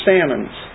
Salmon's